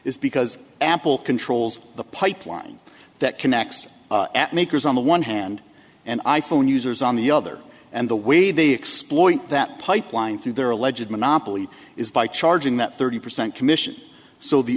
is because apple controls the pipeline that connects at makers on the one hand and i phone users on the other and the way they exploited that pipeline through their alleged monopoly is by charging that thirty percent commission so the